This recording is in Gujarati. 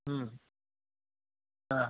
હમ હા